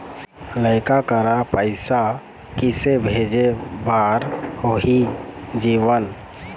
लइका करा पैसा किसे भेजे बार होही जीवन